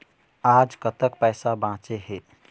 आज कतक पैसा बांचे हे?